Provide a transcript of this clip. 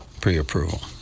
pre-approval